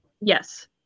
Yes